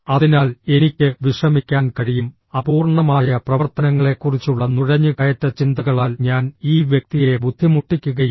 അതിനാൽ എനിക്ക് വിശ്രമിക്കാൻ കഴിയും അപൂർണ്ണമായ പ്രവർത്തനങ്ങളെക്കുറിച്ചുള്ള നുഴഞ്ഞുകയറ്റ ചിന്തകളാൽ ഞാൻ ഈ വ്യക്തിയെ ബുദ്ധിമുട്ടിക്കുകയില്ല